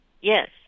Yes